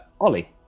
Ollie